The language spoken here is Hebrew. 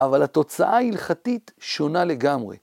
אבל התוצאה ההלכתית שונה לגמרי.